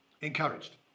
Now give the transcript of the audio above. encouraged